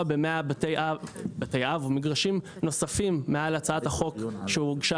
ב-100 בתי אב ומגרשים נוספים מעל הצעת החוק שהוגשה